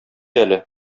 әле